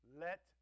let